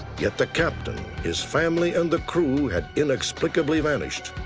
yet the captain, his family, and the crew had inexplicably vanished.